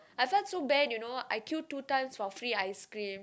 I felt so bad you know I queued two times for free ice cream